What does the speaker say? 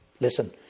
Listen